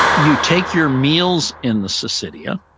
you take your meals in the sesedia